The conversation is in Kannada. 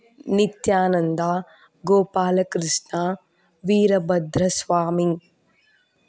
ನಿತ್ಯಾನಂದ ಗೋಪಾಲ ಕೃಷ್ಣ ವೀರಭದ್ರ ಸ್ವಾಮಿ